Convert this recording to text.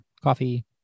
coffee